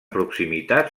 proximitat